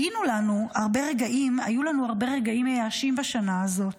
"היו לנו הרבה רגעים מייאשים בשנה הזאת,